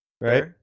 right